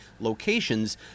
locations